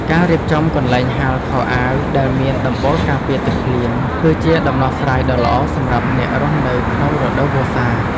ការរៀបចំកន្លែងហាលខោអាវដែលមានដំបូលការពារទឹកភ្លៀង គឺជាដំណោះស្រាយដ៏ល្អសម្រាប់អ្នករស់នៅក្នុងរដូវវស្សា។